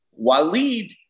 Waleed